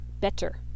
better